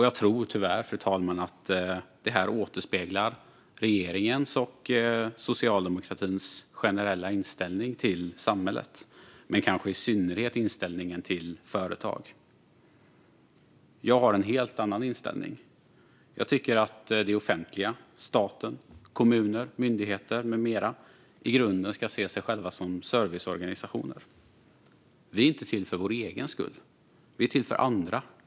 Jag tror tyvärr, fru talman, att det här återspeglar regeringens och socialdemokratins generella inställning till samhället, men kanske i synnerhet inställningen till företag. Jag har en helt annan inställning. Jag tycker att det offentliga, stat, kommuner, myndigheter med mera, i grunden ska se sig själva som serviceorganisationer. Vi är inte till för vår egen skull; vi är till för andra.